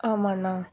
ஆமாண்ணா